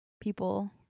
people